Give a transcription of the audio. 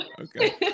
Okay